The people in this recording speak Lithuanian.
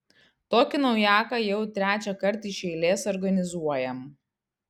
tokį naujaką jau trečiąkart iš eilės organizuojam